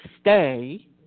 stay